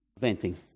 venting